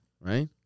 right